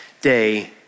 day